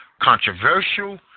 controversial